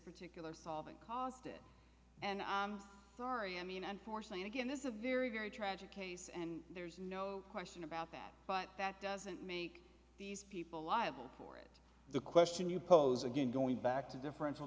particular solvent caused it and i'm sorry i mean unfortunately again this is a very very tragic case and there's no question about that but that doesn't make these people liable for the question you pose again going back to differential